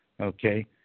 Okay